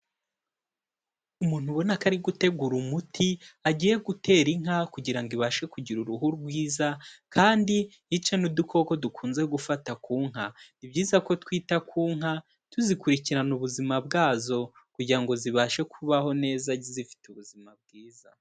Umuntu ubona ko ari gutegura umuti agiye gutera inka, kugirango ibashe kugira uruhu rwiza ,kandi ice n'udukoko dukunze gufata ku nka, ni byiza ko twita ku nka, tuzikurikirana ubuzima bwazo, kugira ngo zibashe kubaho neza zifite ubuzima bwiza.